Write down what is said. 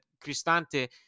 Cristante